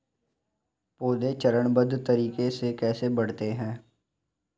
पौधे चरणबद्ध तरीके से कैसे बढ़ते हैं?